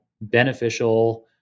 beneficial